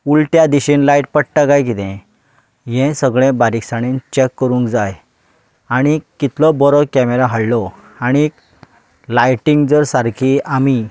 उलट्या दिशेन लायट पडटा काय किदें ये सगळें बारीकसाणेन चॅक करूंक जाय आनी कितलो बरो कॅमेरा हाडलो आनी लायटिंग जर सारकी आमी